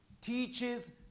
teaches